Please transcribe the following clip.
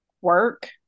work